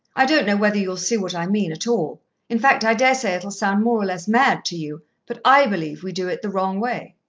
i don't know whether you'll see what i mean at all in fact, i daresay it'll sound more or less mad, to you but i believe we do it the wrong way.